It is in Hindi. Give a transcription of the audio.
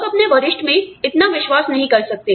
लोग अपने वरिष्ठ में इतना विश्वास नहीं कर सकते